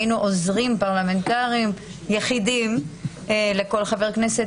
היינו עוזרים פרלמנטריים יחידים לכל חבר כנסת.